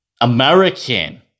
American